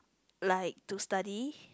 like to study